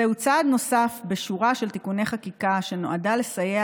זהו צעד נוסף בשורה של תיקוני חקיקה שנועדו לסייע